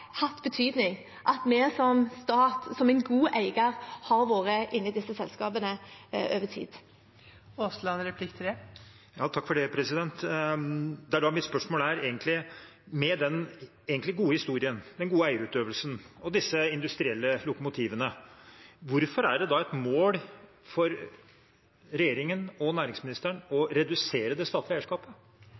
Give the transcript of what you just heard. er da mitt spørsmål er: Med den egentlig gode historien, den gode eierutøvelsen og disse industrielle lokomotivene – hvorfor er det da et mål for regjeringen og næringsministeren å redusere det statlige eierskapet?